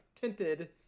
tinted